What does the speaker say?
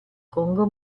congo